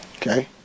Okay